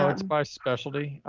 um it's by specialty?